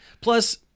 Plus